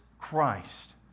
christ